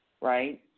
right